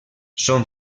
són